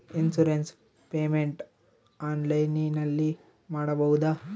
Insurance payment ಆನ್ಲೈನಿನಲ್ಲಿ ಮಾಡಬಹುದಾ?